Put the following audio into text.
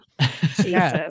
Jesus